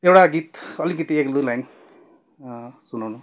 एउटा गित अलिकति एक दुई लाइन सुनाउनु